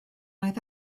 oedd